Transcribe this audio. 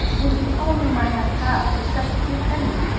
it is the only money i have, except a few pennies.